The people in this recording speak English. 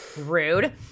Rude